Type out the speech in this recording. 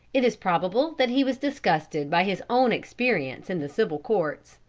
it is probable that he was disgusted by his own experience in the civil courts.